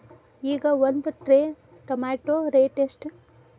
ಈಗ ಒಂದ್ tray tomato rate ಎಷ್ಟ?